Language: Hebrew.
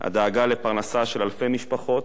הדאגה לפרנסה של אלפי משפחות,